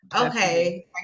Okay